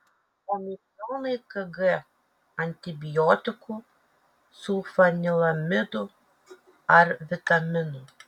o milijonai kg antibiotikų sulfanilamidų ar vitaminų